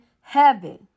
heaven